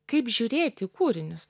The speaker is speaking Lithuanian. kaip žiūrėti į kūrinius